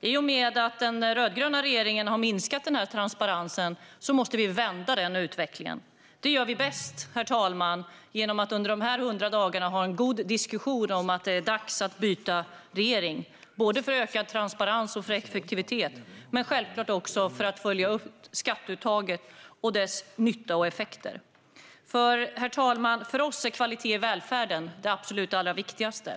I och med att den rödgröna regeringen har minskat transparensen måste vi vända den utvecklingen. Det gör vi bäst, herr talman, genom att under de kommande 100 dagarna ha en god diskussion om att det är dags att byta regering - för ökad transparens och effektivitet men självklart också för att följa upp skatteuttaget och dess nytta och effekter. Herr talman! För oss är kvalitet i välfärden det allra viktigaste.